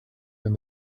when